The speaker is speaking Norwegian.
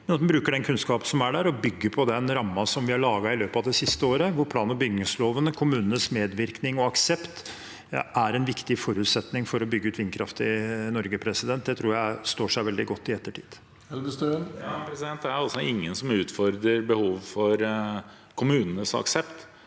en bruker den kunnskapen som er der, og bygger på den rammen vi har lagd i løpet av det siste året, hvor plan- og bygningsloven og kommunenes medvirkning og aksept er en viktig forutsetning for å bygge ut vindkraft i Norge. Det tror jeg står seg veldig godt i ettertid. Ola Elvestuen (V) Det er ingen som ut- fordrer behovet for kommunenes aksept,